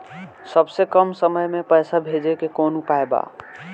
सबसे कम समय मे पैसा भेजे के कौन उपाय बा?